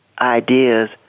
ideas